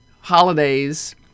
holidays